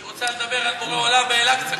היא רוצה לדבר על בורא עולם באל-אקצא,